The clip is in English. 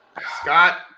Scott